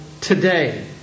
today